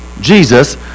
Jesus